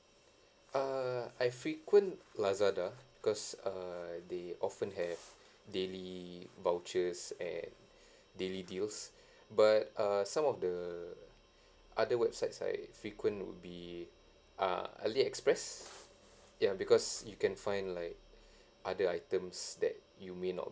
err I frequent lazada because err they often have daily vouchers and daily deals but uh some of the other websites I frequent would be uh aliexpress ya because you can find like other items that you may not